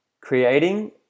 creating